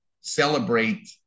celebrate